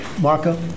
Marco